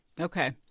Okay